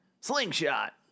Slingshot